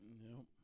No